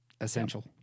Essential